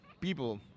people